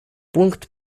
пункт